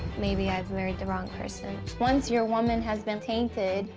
maybe i've married the wrong person. once your woman has been tainted,